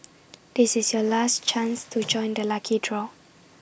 this is your last chance to join the lucky draw